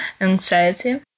anxiety